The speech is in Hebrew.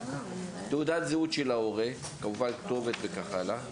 תעודת זהות של ההורה, כמובן כתובת וכן הלאה.